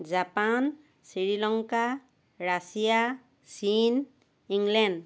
Japan Sri Lanka Russia চীন England